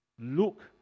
Luke